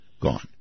gone